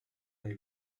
nei